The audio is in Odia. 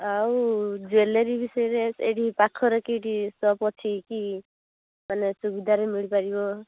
ଆଉ ଜୁଏଲାରୀ ବିଷୟରେ ଏଇଠି ପାଖରେ କେଉଁଠି ସପ୍ ଅଛି କି ମାନେ ସୁବିଧାରେ ମିଳିପାରିବ